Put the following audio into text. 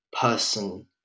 person